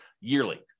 yearly